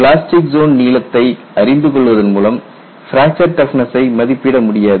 plastic zone நீளத்தை அறிந்து கொள்வதன் மூலம் பிராக்சர் டஃப்னஸ்சை மதிப்பிட முடியாது